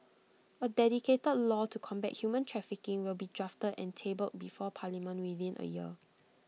A dedicated law to combat human trafficking will be drafted and tabled before parliament within A year